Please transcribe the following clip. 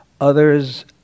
Others